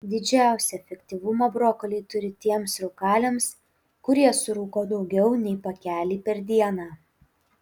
didžiausią efektyvumą brokoliai turi tiems rūkaliams kurie surūko daugiau nei pakelį per dieną